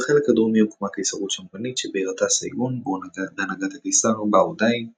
ובחלק הדרומי הוקמה קיסרות שמרנית שבירתה סייגון בהנהגת הקיסר באו דאי,